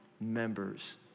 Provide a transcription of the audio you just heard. members